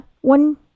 one